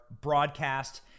broadcast